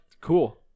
cool